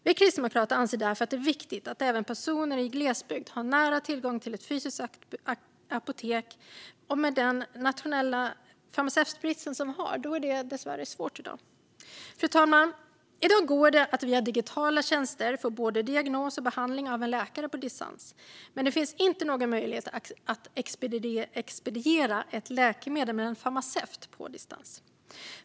Vi kristdemokrater anser därför att det är viktigt att även personer i glesbygd har nära tillgång till ett fysiskt apotek, men med den nationella farmaceutbrist vi har är det dessvärre svårt i dag. Fru talman! I dag går det att via digitala tjänster få både diagnos och behandling av en läkare på distans. Men det finns inte någon möjlighet att expediera ett läkemedel med en farmaceut på distans.